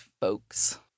folks